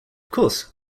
course